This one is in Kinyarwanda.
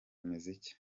imiziki